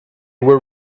were